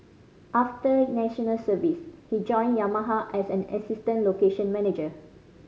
after National Service he joined Yamaha as an assistant location manager